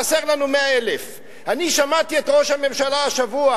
חסר לנו 100,000. אני שמעתי את ראש הממשלה השבוע,